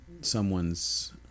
someone's